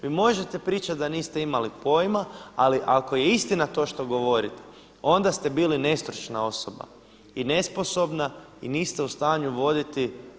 Vi možete pričati da niste imali pojama, ali ako je istina to što govorite onda ste bili nestručna osoba i nesposobna i niste u stanju voditi.